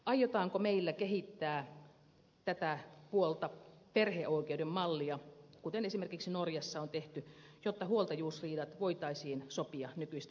aiotaanko meillä kehittää tätä puolta perheoikeuden mallia kuten esimerkiksi norjassa on tehty jotta huoltajuusriidat voitaisiin sopia nykyistä joustavammin